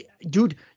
dude